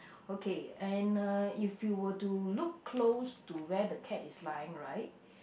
okay and uh if you were to look close to where the cat is lying right